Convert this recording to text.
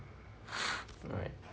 right